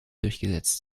durchgesetzt